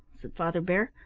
said father bear,